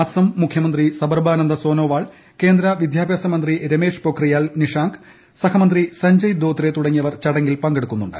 അസം മുഖ്യമന്ത്രി സർബാനന്ദ സോനോവാൾ കേന്ദ്ര വിദ്യാഭ്യാസ മന്ത്രി രമേഷ് പ്രൊഖ്രിയാൽ നിഷാങ്ക് സഹമന്ത്രി സഞ്ജയ് ദോത്രെ തുടങ്ങിയവർ ചടങ്ങിൽ പങ്കെടുക്കുന്നുണ്ട്